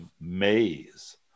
maze